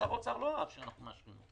ששר האוצר לא אהב שאנחנו מאשרים.